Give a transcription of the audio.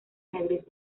ajedrez